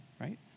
right